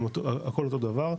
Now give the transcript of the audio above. הכול אותו דבר,